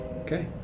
Okay